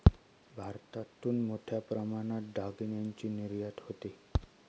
भारतातून मोठ्या प्रमाणात दागिन्यांची निर्यात होते